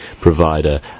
provider